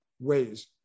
ways